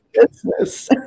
business